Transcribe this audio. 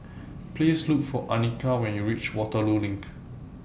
Please Look For Annika when YOU REACH Waterloo LINK